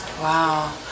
Wow